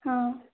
ହଁ